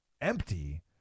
empty